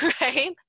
right